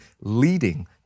leading